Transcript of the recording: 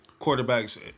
quarterbacks